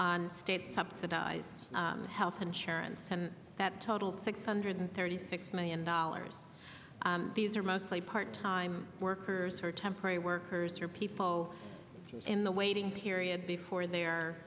on state subsidized health insurance and that total six hundred thirty six million dollars these are mostly part time workers who are temporary workers or people in the waiting period before the